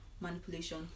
manipulation